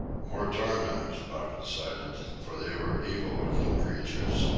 more tormentors, buck decided, for they were evil-looking creatures,